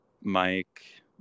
Mike